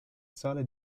sale